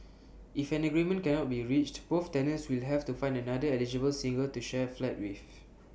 if an agreement cannot be reached both tenants will have to find another eligible single to share flat with